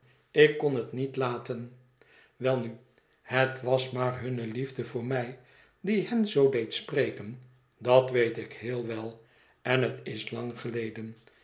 ik kon het niet laten welnu het was maar hunne liefde voor mij die hen zoo deed spreken dat weet ik heel wel en het is lang geleden